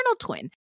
twin